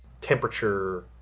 temperature